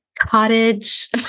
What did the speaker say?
cottage